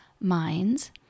minds